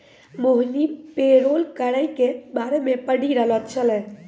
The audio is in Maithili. मोहिनी पेरोल करो के बारे मे पढ़ि रहलो छलै